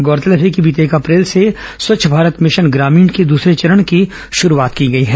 गौरतलब है कि बीते एक अप्रैल से स्वच्छ भारत भिशन ग्रामीण के दूसरे चरण की शुरूआत की गई है